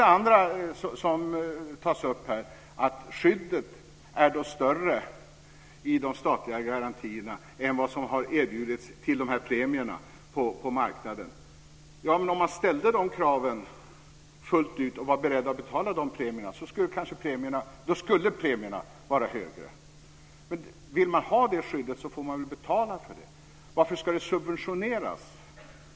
Det andra som tas upp här är att skyddet är större i de statliga garantierna än vad som har erbjudits till dessa premier på marknaden. Men om man ställde dessa krav fullt ut och var beredd att betala dessa premier så skulle premierna vara högre. Men vill man ha det skyddet så får man betala för det. Varför ska detta subventioneras?